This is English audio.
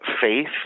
faith